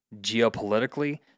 geopolitically